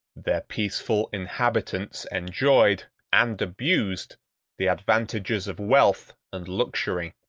their peaceful inhabitants enjoyed and abused the advantages of wealth and luxury.